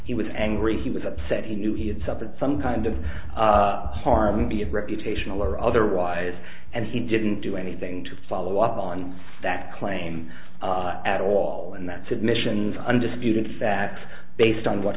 he was angry he was upset he knew he had suffered some kind of harm be it reputational or otherwise and he didn't do anything to follow up on that claim at all and that submissions undisputed fact based on what